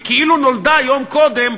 שכאילו נולדה יום קודם,